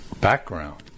background